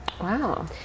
Wow